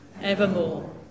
evermore